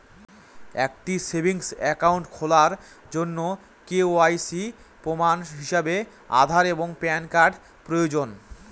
একটি savings account খোলার জন্য কে.ওয়াই.সি প্রমাণ হিসাবে আধার এবং প্যান কার্ড প্রয়োজন